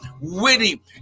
witty